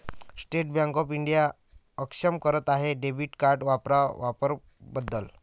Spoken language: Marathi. स्टेट बँक ऑफ इंडिया अक्षम करत आहे डेबिट कार्ड वापरा वापर बदल